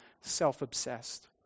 self-obsessed